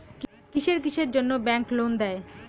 কিসের কিসের জন্যে ব্যাংক লোন দেয়?